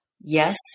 yes